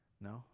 no